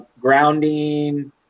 grounding